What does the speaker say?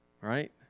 Right